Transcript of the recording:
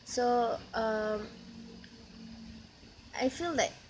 so um I feel like